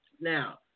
Now